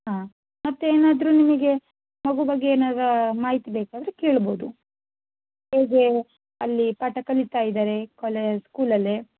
ಹಾಂ ಮತ್ತೆ ಏನಾದರೂ ನಿಮಗೆ ಮಗು ಬಗ್ಗೆ ಏನಾದ್ರು ಮಾಹಿತಿ ಬೇಕಾದರೆ ಕೇಳಬಹುದು ಹೇಗೆ ಅಲ್ಲಿ ಪಾಠ ಕಲೀತಾ ಇದ್ದಾರೆ ಕಾಲೇ ಸ್ಕೂಲಲ್ಲಿ